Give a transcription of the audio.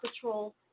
patrol